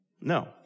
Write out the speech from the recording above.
No